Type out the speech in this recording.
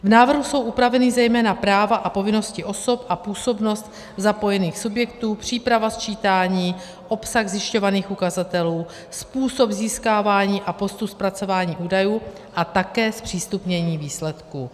V návrhu jsou upraveny zejména práva a povinnosti osob a působnost zapojených subjektů, příprava sčítání, obsah zjišťovaných ukazatelů, způsob získávání a postu zpracování údajů a také zpřístupnění výsledků.